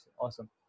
Awesome